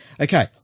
okay